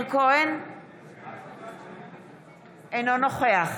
אינו נוכח